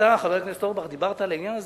חבר הכנסת אורבך, אתה דיברת על העניין הזה.